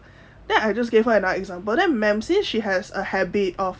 then I just gave her another example then man since she has a habit of